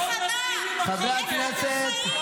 טיפה אחריות, אחריות בזמן מלחמה.